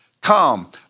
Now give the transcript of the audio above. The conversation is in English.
Come